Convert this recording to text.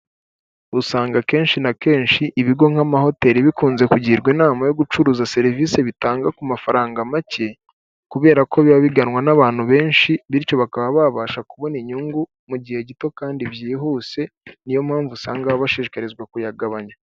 Usanga akenshi na kenshi ibigo nk'amahoteli bikunze kugirwa inama yo gucuruza serivisi bitanga ku mafaranga make, kubera ko biba biganwa n'abantu benshi. Bityo bakaba babasha kubona inyungu mu gihe gito, kandi byihuse. Niyo mpamvu usanga bashishikarizwa kuyagagabanya.